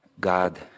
God